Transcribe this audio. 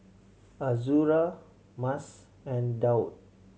Azura Mas and Daud